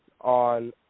on